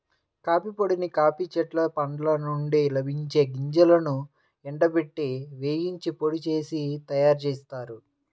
coffee పొడిని coffee చెట్ల పండ్ల నుండి లభించే గింజలను ఎండబెట్టి, వేయించి పొడి చేసి తయ్యారుజేత్తారు